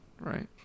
right